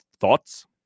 Thoughts